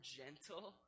gentle